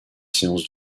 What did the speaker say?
séances